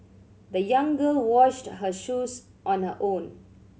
the young girl washed her shoes on her own